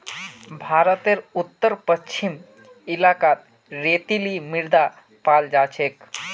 भारतेर उत्तर पश्चिम इलाकात रेतीली मृदा पाल जा छेक